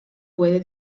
puede